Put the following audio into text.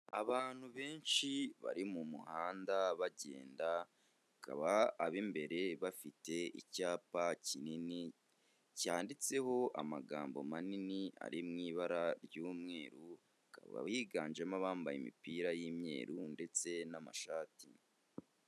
Abantu benshi bari mu muhanda bagenda, bakaba ab'imbere bafite icyapa kinini cyanditseho amagambo manini ari mu ibara ry'umweru, akaba yiganjemo abambaye imipira y'imyeru ndetse n'amashati.